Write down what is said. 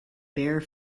bare